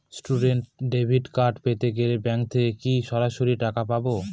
Student credit card পেতে গেলে bank থেকে কি সরাসরি টাকা পাবো?